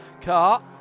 car